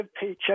paycheck